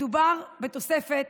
מדובר בתוספת